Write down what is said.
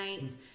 nights